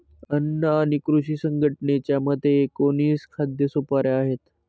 अन्न आणि कृषी संघटनेच्या मते, एकोणीस खाद्य सुपाऱ्या आहेत